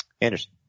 Anderson